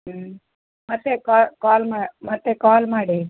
ಹ್ಞೂ ಮತ್ತೆ ಕಾಲ್ ಮತ್ತೆ ಕಾಲ್ ಮಾಡಿ